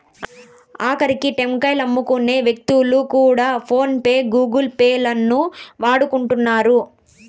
ఆకరికి టెంకాయలమ్ముకునే వ్యక్తులు కూడా ఫోన్ పే గూగుల్ పే లను వాడుతున్నారు